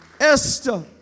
Esther